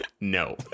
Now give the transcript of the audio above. No